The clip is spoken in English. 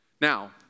Now